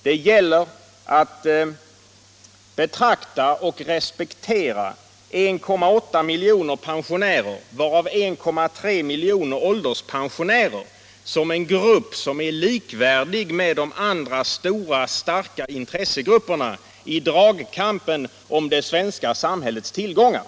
Det gäller att betrakta och respektera 1,8 miljoner pensionärer, varav 1,3 miljoner ålderspensionärer, som en grupp som är likvärdig med de andra stora starka intressegrupperna i dragkampen om det svenska samhällets tillgångar.